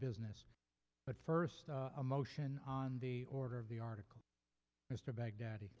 business but first a motion on the order of the article mr baghdad